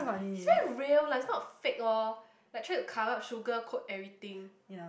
this one is real lah it's not fake orh like try to cover the sugar coat everything